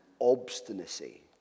obstinacy